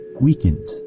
weakened